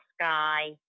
sky